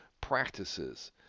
practices